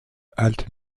halte